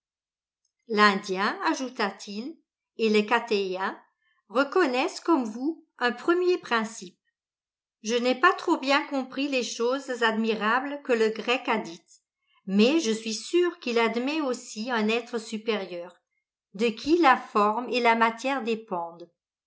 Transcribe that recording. l'indien ajouta-t-il et le cathayen reconnaissent comme vous un premier principe je n'ai pas trop bien compris les choses admirables que le grec a dites mais je suis sûr qu'il admet aussi un etre supérieur de qui la forme et la matière dépendent